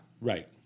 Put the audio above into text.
Right